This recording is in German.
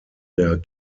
der